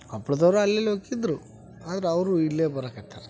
ಕೊಪ್ಪಳದವ್ರೂ ಅಲ್ಲಿ ಇಲ್ಲಿ ಹೋಗ್ತಿದ್ರು ಆದ್ರೆ ಅವ್ರೂ ಇಲ್ಲೇ ಬರಾಕತ್ತಾರ